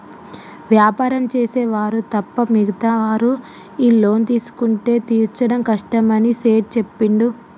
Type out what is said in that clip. వ్యాపారం చేసే వారు తప్ప మిగతా వారు ఈ లోన్ తీసుకుంటే తీర్చడం కష్టమని సేట్ చెప్పిండు